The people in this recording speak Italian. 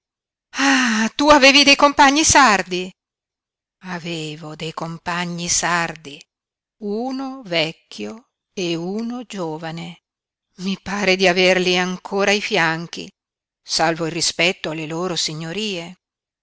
ah tu avevi dei compagni sardi avevo dei compagni sardi uno vecchio e uno giovane i pare di averli ancora ai fianchi salvo il rispetto alle loro signorie